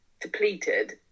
depleted